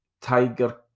Tiger